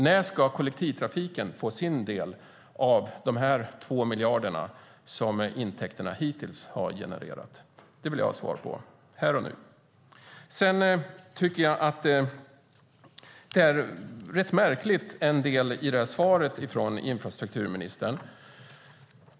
När ska kollektivtrafiken få sin del av de 2 miljarder som intäkterna hittills har genererat? Det vill jag ha svar på här och nu. Sedan tycker jag att en del i svaret från infrastrukturministern är rätt märkligt.